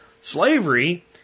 Slavery